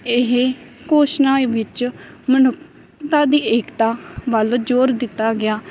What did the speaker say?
ਇਹ ਘੋਸ਼ਣਾ ਵਿੱਚ ਮਨੁੱਖਤਾ ਦੀ ਏਕਤਾ ਵੱਲ ਜੋਰ ਦਿੱਤਾ ਗਿਆ